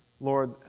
Lord